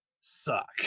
suck